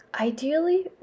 ideally